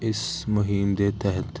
ਇਸ ਮੁਹਿੰਮ ਦੇ ਤਹਿਤ